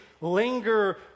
linger